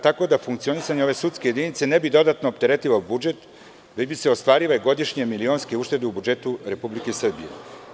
Tako da funkcionisanje sudske jedinice ne bi dodatno opteretilo budžet gde bi se ostvarile već bi se ostvarile godišnje milionske uštede u budžetu Republike Srbije.